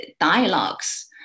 dialogues